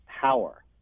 power